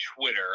Twitter